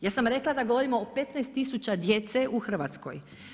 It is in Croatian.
Ja sam rekla da govorimo o 15000 djece u Hrvatskoj.